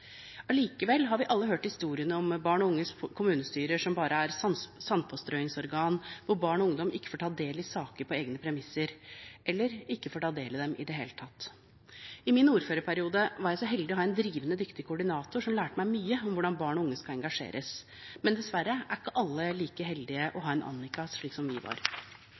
Allikevel har vi alle hørt historiene om barn og unges kommunestyrer, som bare er sandpåstrøingsorgan, hvor barn og ungdom ikke får ta del i saker på egne premisser eller ikke får ta del i dem i det hele tatt. I min ordførerperiode var jeg så heldig å ha en drivende dyktig koordinator, som lærte meg mye om hvordan barn og unge skal engasjeres, men dessverre er ikke alle like heldige å ha en Annica, slik som vi